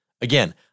Again